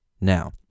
Now